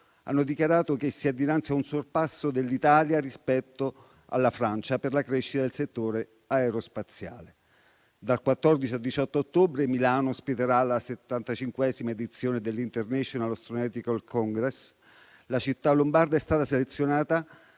hanno dichiarato che si è dinanzi ad un sorpasso dell'Italia rispetto alla Francia per la crescita del settore aerospaziale. Dal 14 al 18 ottobre, Milano ospiterà la 75ª edizione dell'International astronautical congress. La città lombarda è stata selezionata